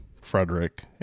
frederick